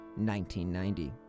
1990